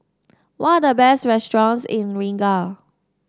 what are the best restaurants in Riga